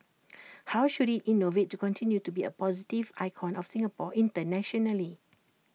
how should IT innovate to continue to be A positive icon of Singapore internationally